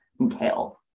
entail